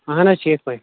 اہَن حظ ٹھیٖک پٲٹھۍ